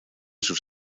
sus